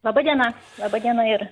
laba diena laba diena ir